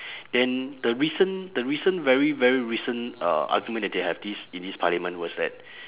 then the recent the recent very very recent uh argument that they have this in this parliament was that